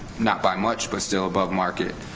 not by much, but still above market,